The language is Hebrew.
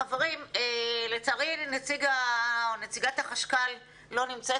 חברים לצערי נציגת החשכ"ל לא נמצאת.